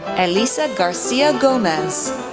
elisa garcia gomez,